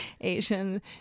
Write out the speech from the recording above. Asian